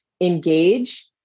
engage